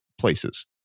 places